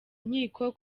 nkiko